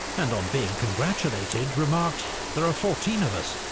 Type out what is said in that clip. and on being congratulated, remarked, there are fourteen of us!